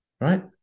right